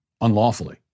unlawfully